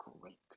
great